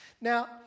Now